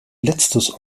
letztes